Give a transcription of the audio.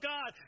God